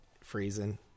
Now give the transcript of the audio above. freezing